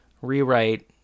rewrite